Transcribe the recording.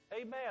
Amen